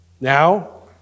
now